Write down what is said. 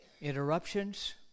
Interruptions